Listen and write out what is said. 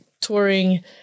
touring